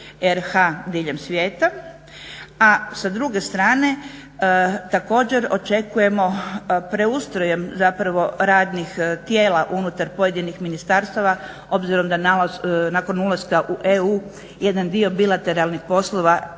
RH diljem svijeta. A sa druge strane također očekujemo preustrojem zapravo radnih tijela unutar pojedinih ministarstava obzirom da nakon ulaska u EU jedan dio bilateralnih poslova